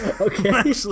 Okay